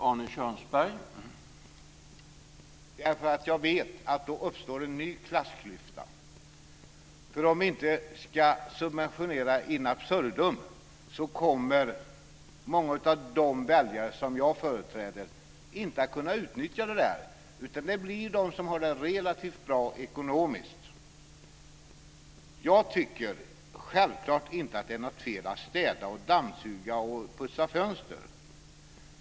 Herr talman! Det vill jag inte därför att jag vet att då uppstår en ny klassklyfta. Om vi inte ska subventionera in absurdum kommer många av de väljare som jag företräder inte att kunna utnyttja det, utan det blir de som har det relativt bra ekonomiskt. Jag tycker självfallet inte att det är något fel med att städa, dammsuga och putsa fönster.